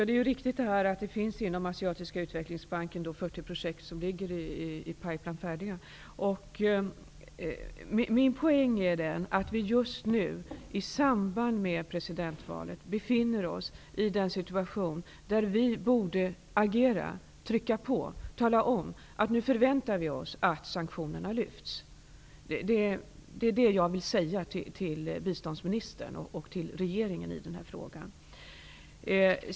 Herr talman! Det är riktigt att det finns 40 projekt som ligger färdiga hos Asiatiska utvecklingsbanken. Min poäng är att vi just nu i samband med presidentvalet befinner oss i en situation där vi borde agera, trycka på och tala om att vi nu förväntar oss att sanktionerna lyfts. Det är vad jag vill säga till biståndsministern och till regeringen i den här frågan.